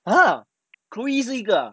!huh! chloe 是一个 ah